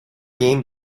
game